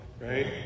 Right